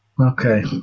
Okay